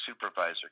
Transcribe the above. supervisor